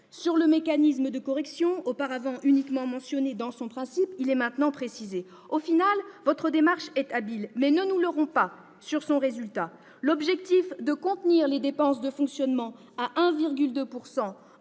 le mécanisme de correction, auparavant uniquement mentionné dans son principe, il est maintenant précisé. Au final, votre démarche est habile, mais ne nous leurrons pas sur son résultat. L'objectif de contenir les dépenses de fonctionnement à 1,2